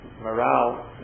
morale